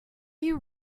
you